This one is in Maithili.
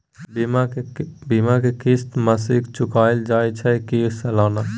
बीमा के किस्त मासिक चुकायल जाए छै की सालाना?